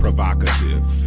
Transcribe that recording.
Provocative